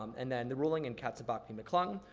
um and and the ruling and katzenbach v. mcclung,